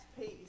piece